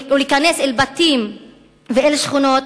ולהיכנס אל בתים ואל שכונות,